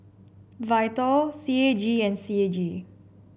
Vital C A G and C A G